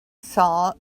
saw